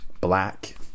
Black